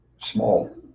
small